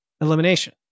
Elimination